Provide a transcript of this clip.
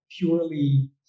purely